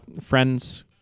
friends